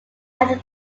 after